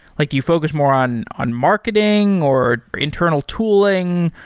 like do you focus more on on marketing or internal tooling?